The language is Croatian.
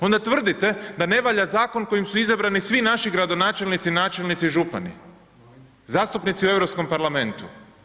Onda tvrdite da ne valja zakon kojim su izabrani svi naši gradonačelnici, načelnici i župani, zastupnici u Europskom parlamentu.